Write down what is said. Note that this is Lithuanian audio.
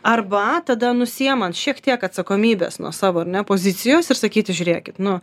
arba tada nusiimant šiek tiek atsakomybės nuo savo ar ne pozicijos ir sakyti žiūrėkit nu